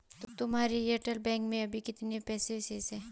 तुम्हारे Airtel bank में अभी कितने पैसे शेष हैं?